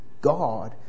God